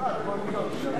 סעיף 5 לא נתקבלה.